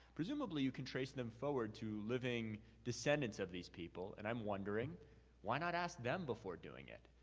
presumably you can trace them forward to living descendants of these people. and i'm wondering why not ask them before doing it?